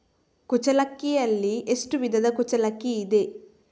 ಕುಚ್ಚಲಕ್ಕಿಯಲ್ಲಿ ಎಷ್ಟು ವಿಧದ ಕುಚ್ಚಲಕ್ಕಿ ಇದೆ?